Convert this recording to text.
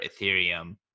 Ethereum